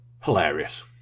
Hilarious